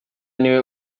niwe